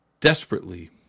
desperately